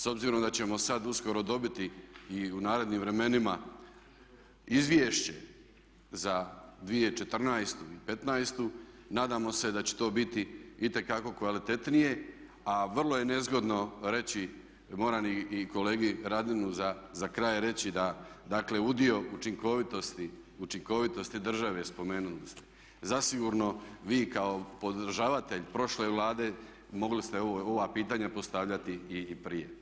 S obzirom da ćemo sad uskoro dobiti i u narednim vremenima izvješće za 2014.i 2015.nadamo se da će to biti itekako kvalitetnije, a vrlo je nezgodno reći, moram i kolegi Radinu za kraj reći da dakle udio učinkovitosti države spomenuli ste zasigurno vi kao podržavatelj prošle Vlade mogli ste ova pitanja postavljati i prije.